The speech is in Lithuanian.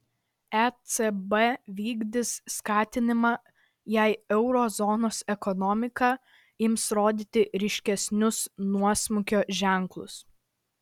ecb vykdys skatinimą jei euro zonos ekonomika ims rodyti ryškesnius nuosmukio ženklus